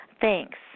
Thanks